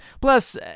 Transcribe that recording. Plus